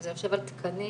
אם זה יושב על תקנים